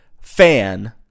Fan